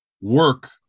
work